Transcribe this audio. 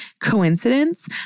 Coincidence